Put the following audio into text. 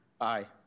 Aye